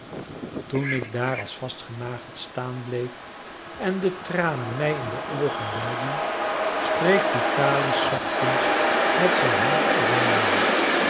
toen ik daar als vastgenageld staan bleef en de tranen mij in de oogen welden streek vitalis zachtkens met zijn hand over mijn wang